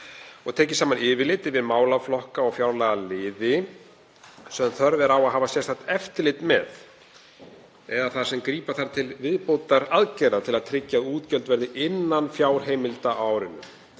og tekið saman yfirlit yfir málaflokka og fjárlagaliði sem þörf er á að hafa sérstakt eftirlit með eða þar sem grípa þarf til viðbótaraðgerða til að tryggja að útgjöld verði innan fjárheimilda á árinu.